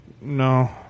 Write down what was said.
No